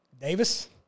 Davis